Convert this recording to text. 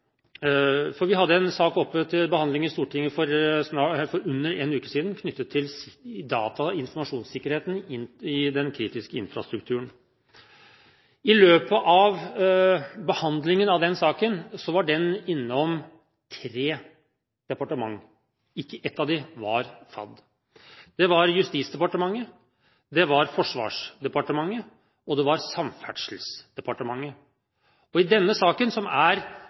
Vi hadde en sak oppe til behandling i Stortinget for en uke siden om data- og informasjonssikkerheten i den kritiske infrastrukturen. I løpet av behandlingen av den saken var den innom tre departementer, ikke ett av dem var FAD. Det var Justisdepartementet, det var Forsvarsdepartementet, og det var Samferdselsdepartementet. I denne saken, med så å si samme tema, er